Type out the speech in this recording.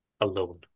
Alone